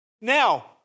Now